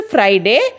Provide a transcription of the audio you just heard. Friday